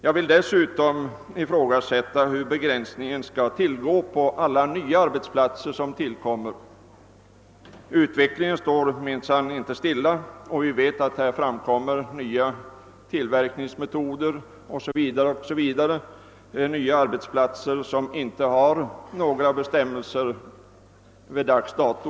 Jag vill dessutom fråga hur begränsningen skall tillgå på alla nya arbetsplatser som tillkommer. Utvecklingen står minsann inte stilla. Vi vet att det framkommer nya tillverkningsmetoder och tillkommer nya arbetsplatser som inte har några bestämmelser vid dags dato.